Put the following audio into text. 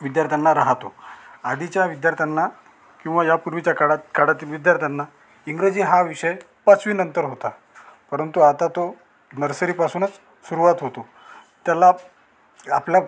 विद्यार्थ्यांना राहतो आधीच्या विद्यार्थ्यांना किंवा यापूर्वीच्या काळात काळातील विद्यार्थ्यांना इंग्रजी हा विषय पाचवीनंतर होता परंतु आता तो नर्सरीपासूनच सुरुवात होतो त्याला आपल्या